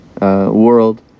world